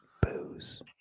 booze